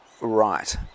right